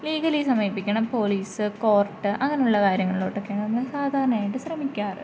legally സമീപിക്കണം police court അങ്ങനെയുള്ള കാര്യങ്ങളിലോട്ടൊക്കെ നമ്മൾ സാധാരണയായിട്ട് ശ്രമിക്കാറുള്ളത്